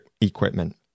equipment